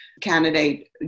Candidate